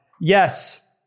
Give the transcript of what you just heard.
Yes